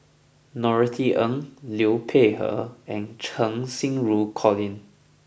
Norothy Ng Liu Peihe and Cheng Xinru Colin